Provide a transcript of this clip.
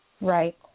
Right